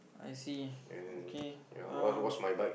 I see okay um